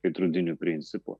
veidrodiniu principu